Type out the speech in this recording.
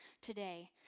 today